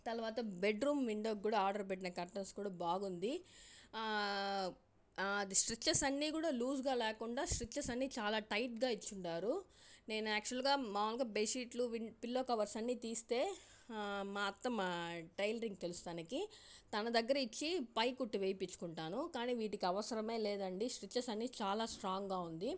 తరువాత బెడ్రూమ్ విండోస్కి కూడా ఆర్డర్ పెట్టిన కర్టెన్స్ కూడా బాగుంది అది స్టిచెస్ అన్నీ కూడా లూజ్గా లేకుండా స్టిచెస్ అన్నీ చాలా టైట్గా ఇచ్చిన్నారు నేను యాక్చువల్గా మామూలుగా బెడ్షీట్లు విన్ పిల్లో కవర్స్ అన్ని తీస్తే మా అత్తమ్మ టైలరింగ్ తెలుసు తనకి తన దగ్గర ఇచ్చి పైకుట్టు వేయించుకుంటాను కానీ వీటికి అవసరమే లేదండి స్టిచెస్ అన్నీ చాలా స్ట్రాంగ్గా ఉంది